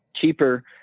cheaper